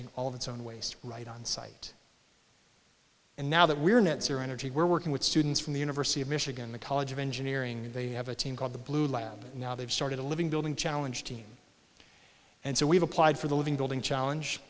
managing all of its own waste right on site and now that we're net zero energy we're working with students from the university of michigan the college of engineering they have a team called the blue lab now they've started a living building challenge team and so we've applied for the living building challenge